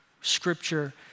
scripture